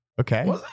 Okay